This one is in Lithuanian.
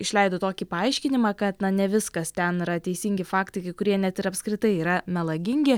išleido tokį paaiškinimą kad na ne viskas ten yra teisingi faktai kai kurie net ir apskritai yra melagingi